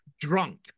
drunk